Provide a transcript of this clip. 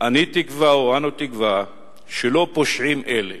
אני תקווה, או אנו תקווה, שלא פושעים אלה